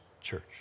church